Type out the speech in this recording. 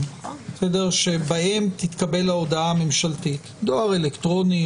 ושבהם תתקבל ההודעה הממשלתית דואר אלקטרוני,